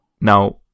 Now